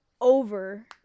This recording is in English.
over